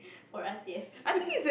for us yes